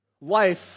life